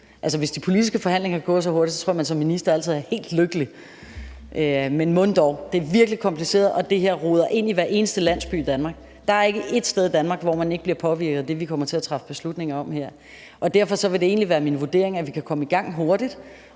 hvis de politiske forhandlinger kan gå så hurtigt, tror jeg, at man som minister altid er helt lykkelig – men mon dog? Det her er virkelig kompliceret, og det roder ind i hver eneste landsby i Danmark; der er ikke ét sted i Danmark, hvor man ikke bliver påvirket af det, vi kommer til at træffe beslutning om her. Derfor vil det egentlig være min vurdering, at vi kan komme i gang hurtigt,